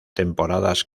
temporadas